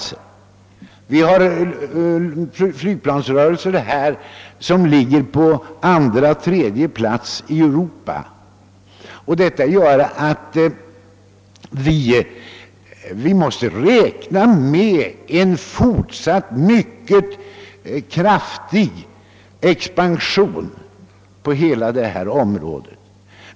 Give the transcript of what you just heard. Beträffande antalet flygrörelser ligger det på andra eller tredje plats i Europa, och detta gör att vi måste räkna med en mycket kraftig fortsatt expansion på hela området.